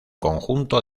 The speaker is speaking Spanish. conjunto